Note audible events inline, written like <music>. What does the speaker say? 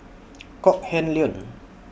Kok <noise> Heng Leun